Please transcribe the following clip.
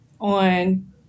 on